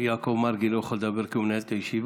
יעקב מרגי לא יכול לדבר כי הוא מנהל את הישיבה.